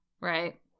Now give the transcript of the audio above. right